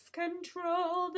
control